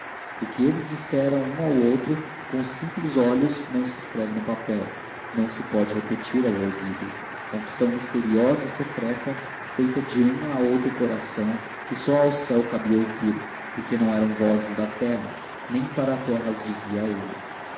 o que eles disseram um ao outro com os simples olhos não se escreve no papel não se pode repetir ao ouvido confissão misteriosa e secreta feita de um a outro coração que só ao céu cabia ouvir porque não eram vozes da terra nem para a terra as diziam eles